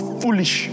foolish